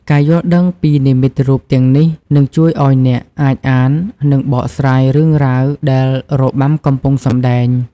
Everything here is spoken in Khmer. ការយល់ដឹងពីនិមិត្តរូបទាំងនេះ នឹងជួយឱ្យអ្នកអាច អាន និងបកស្រាយរឿងរ៉ាវដែលរបាំកំពុងសំដែង។